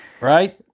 right